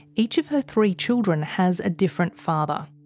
each of her three children has a different father.